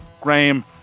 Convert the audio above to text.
Graham